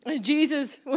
Jesus